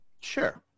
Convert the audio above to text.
Sure